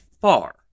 far